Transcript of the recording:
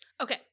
okay